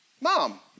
Mom